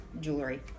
jewelry